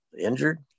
injured